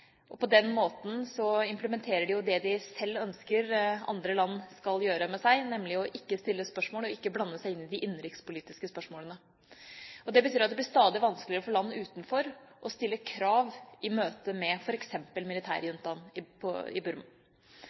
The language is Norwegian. På den måten implementerer de det de selv ønsker andre land skal gjøre overfor dem, nemlig ikke å stille spørsmål og ikke blande seg inn i innenrikspolitiske spørsmål. Det betyr at det blir stadig vanskeligere for land utenfor å stille krav i møte med f.eks. militærjuntaen i Burma. Dette er noe som nok kommer til å bre om seg ytterligere. I